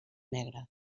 negra